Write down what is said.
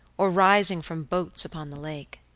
or rising from boats upon the lake.